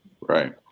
Right